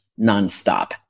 nonstop